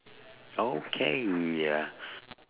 okay uh